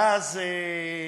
ואז